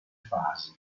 fasi